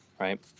right